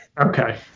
Okay